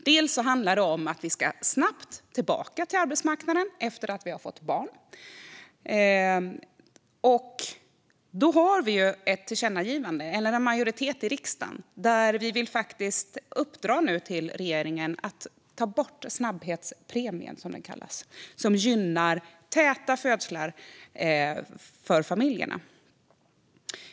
Det handlar bland annat om att vi snabbt ska komma tillbaka till arbetsmarknaden efter att vi har fått barn. En majoritet i riksdagen föreslår ett tillkännagivande om detta. Vi vill ge regeringen i uppdrag att ta bort snabbhetspremien, som gynnar täta födslar i familjerna.